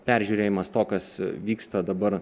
peržiūrėjimas to kas vyksta dabar